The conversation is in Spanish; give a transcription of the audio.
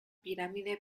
pirámide